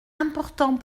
important